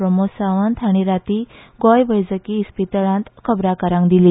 प्रमोद सावंत हाणी राती गोंय वैजकी इस्पितळांत खबराकारांक दिली